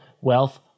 wealth